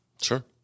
Sure